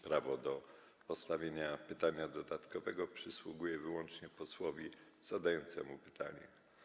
Prawo do postawienia pytania dodatkowego przysługuje wyłącznie posłowi zadającemu pytanie.